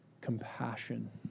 Compassion